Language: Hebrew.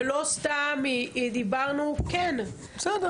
ולא סתם דיברנו --- בסדר --- כן,